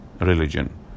religion